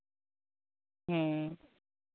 ᱦᱮᱸ